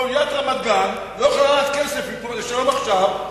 כמו שעיריית רמת-גן לא יכולה להעביר כסף ל"שלום עכשיו",